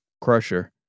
crusher